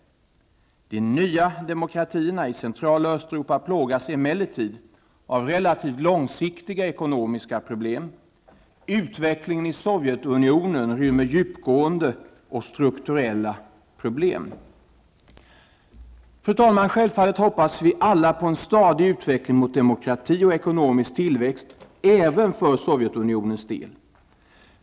De nya demokratierna i Central och Östeuropa plågas emellertid av relativt långsiktiga ekonomiska problem. Utvecklingen i Sovjetunionen rymmer djupgående och strukturella problem. Fru talman! Självfallet hoppas vi alla på en stadig utveckling mot demokrati och ekonomisk tillväxt även för Sovjetunionens del.